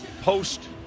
post